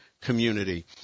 community